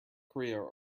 korea